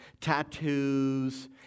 tattoos